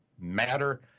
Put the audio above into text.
matter